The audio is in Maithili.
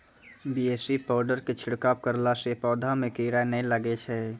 बी.ए.सी पाउडर के छिड़काव करला से पौधा मे कीड़ा नैय लागै छै?